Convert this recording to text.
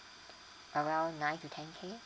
around nine to ten K